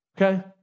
okay